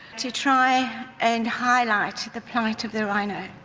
to try and highlight the plight of the rhino.